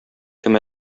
кем